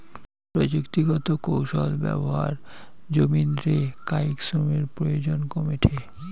প্রযুক্তিকৌশল ব্যবহার জমিন রে কায়িক শ্রমের প্রয়োজন কমেঠে